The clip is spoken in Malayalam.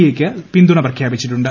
എ യ്ക്ക് പിന്തുണ പ്രഖ്യാപിച്ചിട്ടുണ്ട്